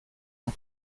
bat